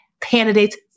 candidates